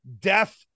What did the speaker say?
death